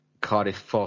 Cardiff